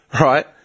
right